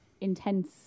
intense